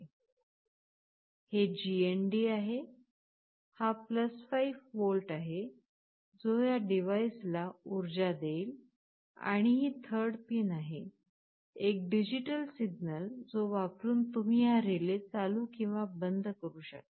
हे GND आहे हा 5 वोल्ट आहे जो ह्या डिव्हाइस ला ऊर्जा देईल आणि ही थर्ड पिन आहे एक डिजिटल सिग्नल जो वापरून तुम्ही हा रिले चालू किंवा बंद करू शकता